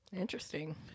Interesting